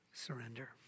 Surrender